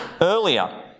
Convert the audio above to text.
earlier